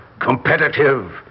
competitive